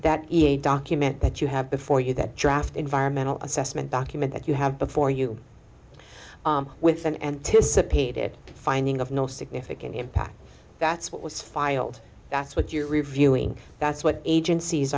that document that you have before you that draft environmental assessment document that you have before you with an anticipated finding of no significant impact that's what was filed that's what you're reviewing that's what agencies